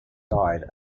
died